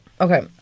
Okay